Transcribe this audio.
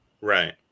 Right